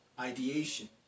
ideation